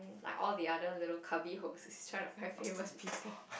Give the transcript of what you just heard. like all the other little tubby holes trying to find famous people